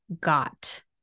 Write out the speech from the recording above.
got